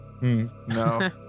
No